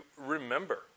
remember